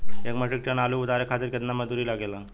एक metric ton आलू उतारे खातिर केतना मजदूरी लागेला?